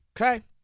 Okay